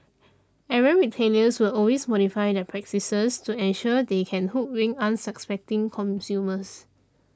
errant retailers will always modify their practices to ensure they can hoodwink unsuspecting consumers